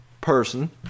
person